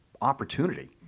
opportunity